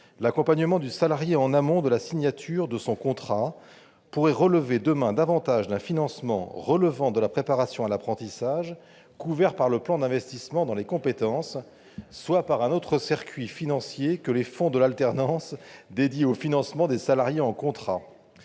l'accompagnement du salarié en amont de la signature de son contrat pourrait dépendre demain davantage d'un financement relevant de la préparation à l'apprentissage couvert par le plan d'investissement dans les compétences, soit par un autre circuit financier que les fonds de l'alternance dédiés au financement des salariés en contrat.